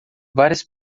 várias